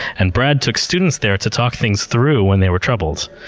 and brad took students there to talk things through when they were troubled.